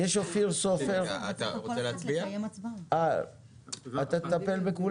כאן אנחנו מצביעים על אחת מהן